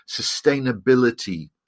sustainability